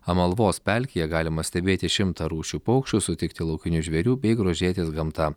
amalvos pelkėje galima stebėti šimtą rūšių paukščių sutikti laukinių žvėrių bei grožėtis gamta